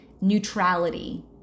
Neutrality